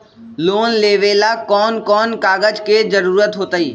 Loan लेवेला कौन कौन कागज के जरूरत होतई?